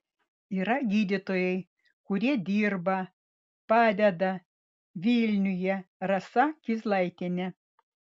yra gydytojai kurie dirba padeda vilniuje rasa kizlaitienė